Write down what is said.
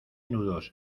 nudos